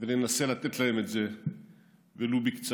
ננסה לתת להם את זה ולו מעט.